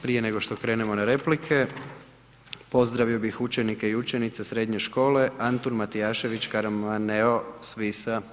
Prije nego što krenemo na replike, pozdravio bih učenike i učenice Srednje škole Antun Matijašević Karamaneo s Visa.